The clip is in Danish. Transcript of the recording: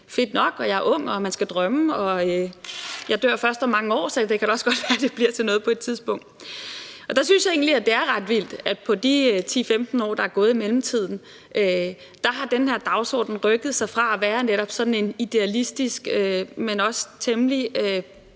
fedt nok, for jeg er ung, og man skal drømme, og jeg dør først om mange år, så det kan da også godt være, at det bliver til noget på et tidspunkt. Jeg synes egentlig, det er ret vildt, at på de 10-15 år, der er gået i mellemtiden, har den her dagsorden rykket sig fra at være netop en idealistisk, men også på en